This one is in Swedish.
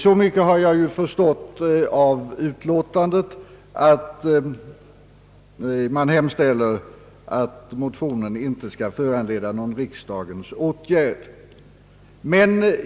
Så mycket har jag förstått av utlåtandet att däri hemställts att motionen inte skall föranleda någon riksdagens åtgärd.